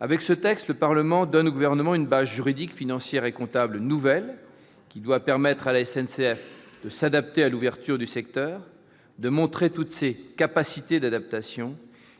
Avec ce texte, le Parlement donne au Gouvernement une base juridique, financière et comptable nouvelle qui doit permettre à la SNCF de s'adapter à l'ouverture du secteur à la concurrence, de montrer toutes ses capacités d'adaptation